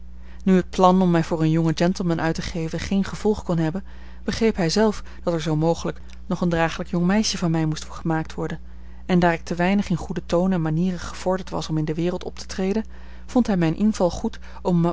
nu het plan om mij voor een jongen gentleman uit te geven geen gevolg kon hebben begreep hij zelf dat er zoo mogelijk nog een dragelijk jong meisje van mij moest gemaakt worden en daar ik te weinig in goeden toon en manieren gevorderd was om in de wereld op te treden vond hij mijn inval goed om